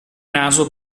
naso